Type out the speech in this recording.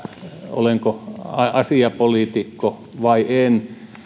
olenko asiapoliitikko vai en